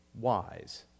wise